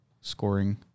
scoring